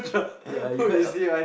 ya you heard